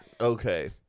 Okay